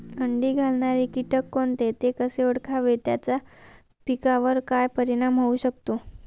अंडी घालणारे किटक कोणते, ते कसे ओळखावे त्याचा पिकावर काय परिणाम होऊ शकतो?